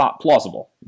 plausible